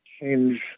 change